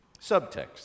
Subtext